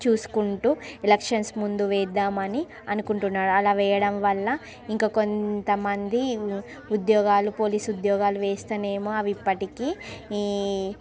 చూసుకుంటూ ఎలక్షన్స్ ముందు వేద్దామని అనుకుంటున్నాడు అలా వేయడం వల్ల ఇంకా కొంత మంది ఉద్యోగాలు పోలీస్ ఉద్యోగాలు వేస్తనేమో అవి ఇప్పటికి